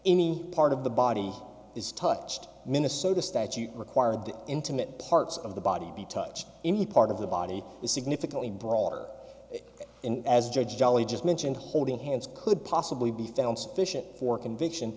any part of the body is touched minnesota statute required to intimate parts of the body touch any part of the body is significantly broader and as judge jolly just mentioned holding hands could possibly be found sufficient for conviction